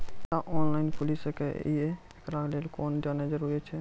खाता ऑनलाइन खूलि सकै यै? एकरा लेल बैंक जेनाय जरूरी एछि?